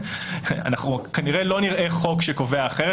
אנחנו כנראה לא נראה חוק שקובע אחרת.